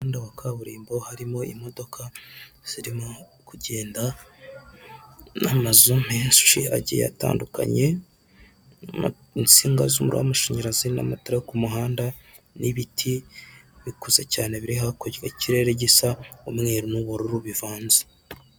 Umuhanda wa kaburimbo harimo imodoka zirimo kugenda, n'amazu menshi agiye atandukanye, insinga z'umuriro w'amashanyarazi n'amatara ku muhanda, n'ibiti bikuze cyane biri hakurya ikirere gisa umweru n'ubururu bivanze.